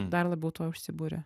dar labiau tuo užsiburia